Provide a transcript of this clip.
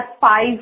five